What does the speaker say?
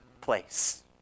place